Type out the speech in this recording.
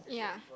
yeah